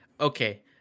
Okay